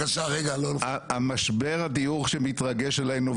משבר הדיור שמתרגש עלינו,